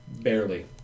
Barely